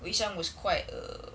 wei xiang was quite a